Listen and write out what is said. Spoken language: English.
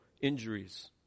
injuries